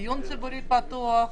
דיון ציבורי פתוח,